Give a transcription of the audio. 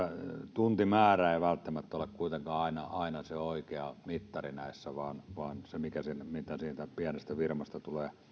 tuntimäärä ei välttämättä ole kuitenkaan aina aina se oikea mittari näissä vaan vaan ennemminkin se mitä siitä pienestä firmasta tulee